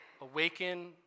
awaken